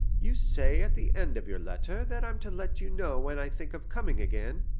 you say at the end of your letter that i'm to let you know when i think of coming again,